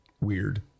weird